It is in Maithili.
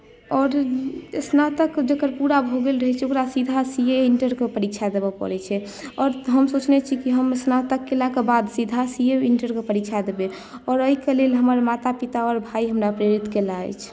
आओर स्नातक जकर पूरा भेल रहैत छै ओकरा सीधा सी ए इण्टरकेँ परीक्षा देबय पड़ैत छै आओर हम सोचने छी कि हम स्नातक कयलाके बाद सीधा सी ए इण्टरकेँ परीक्षा देबै आओर एहिके लेल हमर माता पिता आओर भाय हमरा प्रेरित कयलनि अछि